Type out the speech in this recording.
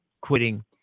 quitting